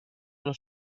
alla